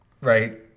Right